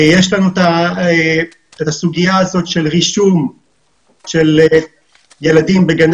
יש לנו את הסוגיה הזאת של רישום ילדים בגני